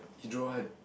he draw one